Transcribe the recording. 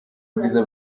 ubwiza